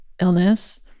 illness